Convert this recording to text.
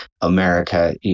America